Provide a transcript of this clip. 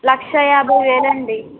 లక్ష యాభై వేలు అండి